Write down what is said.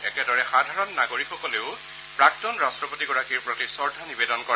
একেদৰে সাধাৰণ নাগৰিকসকলেও প্ৰাক্তন ৰাষ্ট্ৰপতিগৰাকীৰ প্ৰতি শ্ৰদ্ধা নিৱেদন কৰে